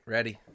Ready